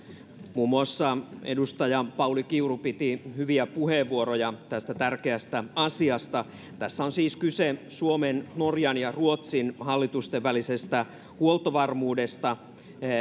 muun muassa edustaja pauli kiuru piti hyviä puheenvuoroja tästä tärkeästä asiasta tässä on siis kyse suomen norjan ja ruotsin hallitusten välisestä huoltovarmuudesta